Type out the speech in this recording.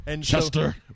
Chester